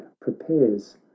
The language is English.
prepares